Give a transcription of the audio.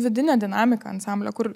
vidinė dinamika ansamblio kur